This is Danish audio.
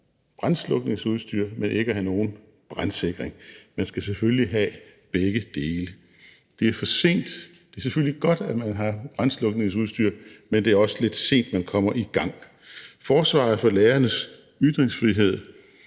brandslukningsudstyr, men ikke have nogen brandsikring. Man skal selvfølgelig have begge dele. Det er selvfølgelig godt, at man har brandslukningsudstyr, men det er også lidt sent, man kommer i gang. Forsvaret for lærernes ytringsfrihed